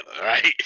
right